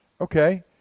Okay